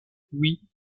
oui